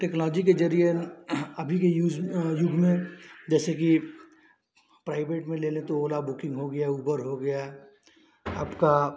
technology के ज़रिये अभी के यूज युग में जैसे कि प्राइवेट में ले लें तो ओला बुकिन्ग हो गई उब़ेर हो गया आपका